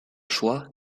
choix